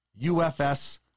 UFS